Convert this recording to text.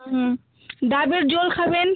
হুম ডাবের জল খাবেন